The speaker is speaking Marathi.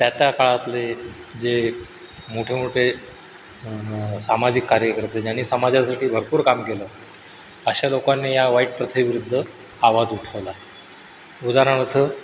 त्या त्या काळातले जे मोठेमोठे सामाजिक कार्यकर्ते ज्यांनी समाजासाठी भरपूर काम केलं अशा लोकांनी या वाईट प्रथेविरुद्ध आवाज उठवला उदाहरणार्थ